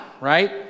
right